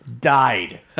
died